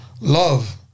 love